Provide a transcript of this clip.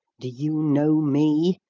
do you know me?